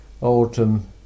autumn